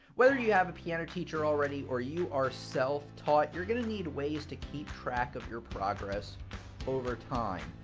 whether you have a piano teacher already or you are self-taught, you're gonna need ways to keep track of your progress over time.